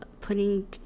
putting